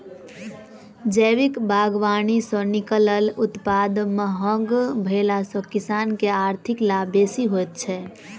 जैविक बागवानी सॅ निकलल उत्पाद महग भेला सॅ किसान के आर्थिक लाभ बेसी होइत छै